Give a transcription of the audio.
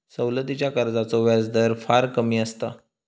सवलतीच्या कर्जाचो व्याजदर फार कमी असता